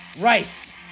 Rice